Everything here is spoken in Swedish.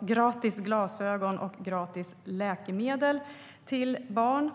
gratis glasögon och gratis läkemedel till barn.